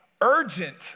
urgent